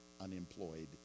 unemployed